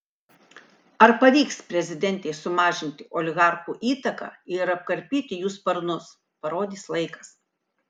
ar pavyks prezidentei sumažinti oligarchų įtaką ir apkarpyti jų sparnus parodys laikas